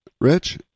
Rich